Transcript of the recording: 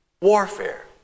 warfare